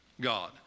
God